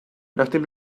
nachdem